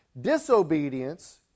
disobedience